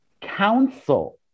council